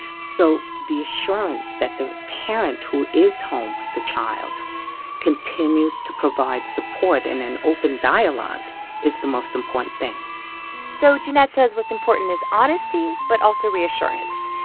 so the assurance that the parent who is home with the child continues to provide support and an open dialogue is the most important thing so jeanette says what's important is honesty but also reassurance.